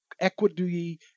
equity